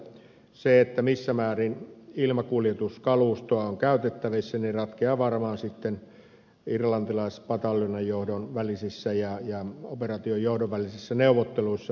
se missä määrin ilmakuljetuskalustoa on käytettävissä ratkeaa varmaan sitten irlantilaispataljoonan johdon ja operaation johdon välisissä neuvotteluissa